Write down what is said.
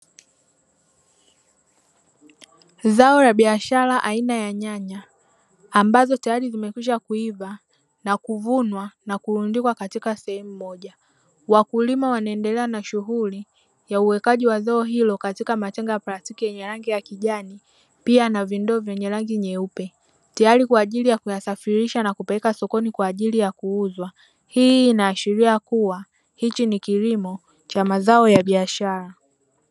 Zao la biashara aina ya nyanya ambazo tayari zimekwisha kuiva na kuvunwa na kurundikwa katika sehemu moja. Wakulima wanaendelea na shughuli ya uwekaji wa zao hilo katika matenga ya plastikinyenye rangi ya kijani, pia na vindoo vyenye rangi nyeupe; tayari kwa ajili ya kuyasafirisha na kuyapeleka sokoni kwa ajili ya kuuzwa. Hii inaashiria kuwa hichi ni kilimo cha mazao ya biashara.